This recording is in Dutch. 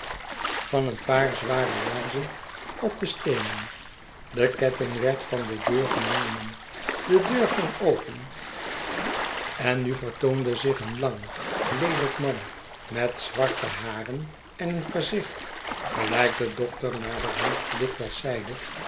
aarzelde daar zware laarzen op de steenen de ketting werd van de deur genomen de deur ging open en nu vertoonde zich een lang leelijk man met zwarte haren en een gezicht gelijk de dokter naderhand dikwijls zeide